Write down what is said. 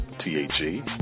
T-H-E